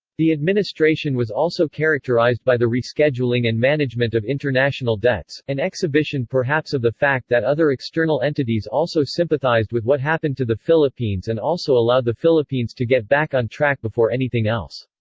the administration was also characterized by the rescheduling and management of international debts, an exhibition perhaps of the fact that other external entities also sympathized with what happened to the philippines and also allowed the philippines to get back on track before anything else.